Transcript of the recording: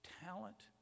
Talent